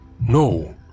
No